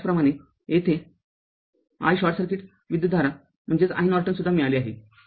त्याचप्रमाणे येथे i short circuit विद्युतधारा म्हणजे iNorton सुद्धा मिळाले आहे